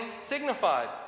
signified